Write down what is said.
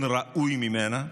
אין ראויה ממנה,